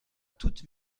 toute